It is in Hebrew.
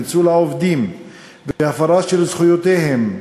ניצול העובדים והפרה של זכויותיהם,